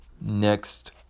next